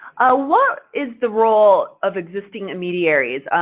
what is the role of existing mediaries?